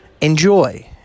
Enjoy